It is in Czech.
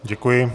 Děkuji.